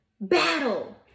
battle